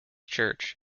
church